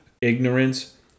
ignorance